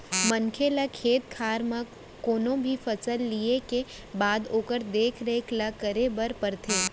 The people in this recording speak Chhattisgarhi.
मनसे ल खेत खार म कोनो भी फसल लिये के बाद ओकर देख रेख ल करे बर परथे